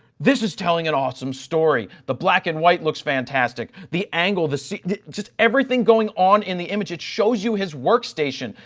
this is telling an awesome story. the black and white looks fantastic. the angle so just everything going on in the image, it shows you his work station.